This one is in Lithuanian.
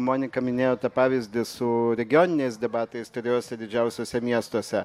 monika minėjo tą pavyzdį su regioniniais debatais trijuose didžiausiuose miestuose